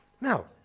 Now